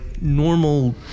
normal